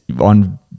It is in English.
on